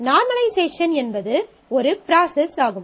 normalisation என்பது ஒரு process ஆகும்